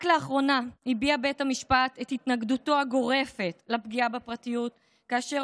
רק לאחרונה הביע בית המשפט את התנגדותו הגורפת לפגיעה בפרטיות כאשר